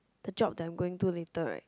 the job that I'm going to later right